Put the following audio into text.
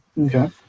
Okay